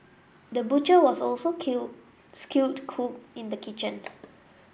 the butcher was also kill skilled cook in the kitchen